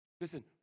listen